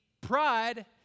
pride